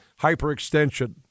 hyperextension